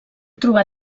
trobar